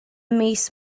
mis